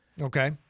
Okay